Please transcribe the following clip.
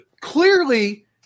Clearly